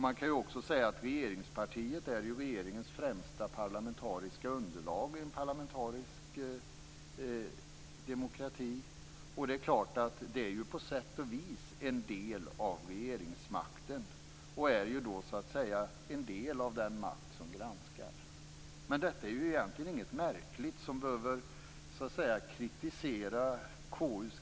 Man kan också säga att regeringspartiet är regeringens främsta parlamentariska underlag i en parlamentarisk demokrati. Det är klart att det på sätt och vis är en del av regeringsmakten och således en del av den makt som granskar. Men detta är egentligen inte något märkligt som KU:s granskningsinstitut behöver kritiseras för.